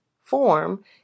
form